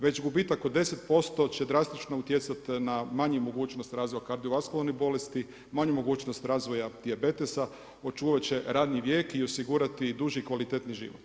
Već gubitak od 10% će drastično utjecati na manju mogućnost razvoja kardiovaskularnih bolesti, manju mogućnost razvoja dijabetesa, očuvat će radni vijek i osigurati duži i kvalitetniji život.